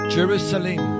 Jerusalem